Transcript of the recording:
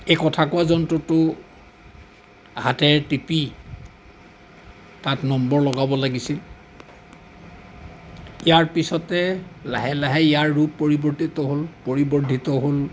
এই কথা কোৱা যন্ত্ৰটো হাতেৰে টিপি তাত নম্বৰ লগাব লাগিছিল ইয়াৰ পিছতে লাহে লাহে ইয়াৰ ৰূপ পৰিৱৰ্তিত হ'ল পৰিৱৰ্ধিত হ'ল